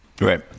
right